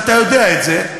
ואתה יודע את זה,